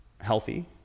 healthy